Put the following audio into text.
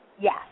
Yes